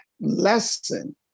lesson